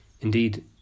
Indeed